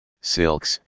silks